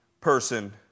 person